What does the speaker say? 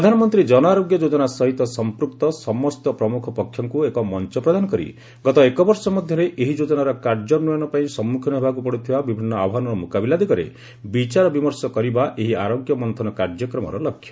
ପ୍ରଧାନମନ୍ତ୍ରୀ ଜନ ଆରୋଗ୍ୟ ଯୋଜନା ସହିତ ସମ୍ପୁକ୍ତ ସମସ୍ତ ପ୍ରମୁଖ ପକ୍ଷଙ୍କୁ ଏକ ମଞ୍ଚ ପ୍ରଦାନ କରି ଗତ ଏକ ବର୍ଷ ମଧ୍ୟରେ ଏହି ଯୋଜନାର କାର୍ଯ୍ୟାନ୍ୱୟନ ପାଇଁ ସମ୍ମୁଖୀନ ହେବାକୁ ପଡ଼ୁଥିବା ବିଭିନ୍ନ ଆହ୍ୱାନର ମୁକାବିଲା ଦିଗରେ ବିଚାର ବିମର୍ଷ କରିବା ଏହି ଆରୋଗ୍ୟ ମନ୍ଥନ କାର୍ଯ୍ୟକ୍ରମର ଲକ୍ଷ୍ୟ